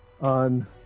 on